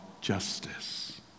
justice